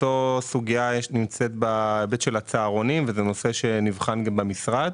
אותה סוגיה יש בהיבט של הצהרונים וזה נושא שנבחן גם במשרד.